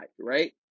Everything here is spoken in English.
right